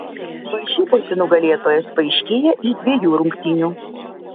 varžybose nugalėtojas paaiškėja iš dviejų rungtynių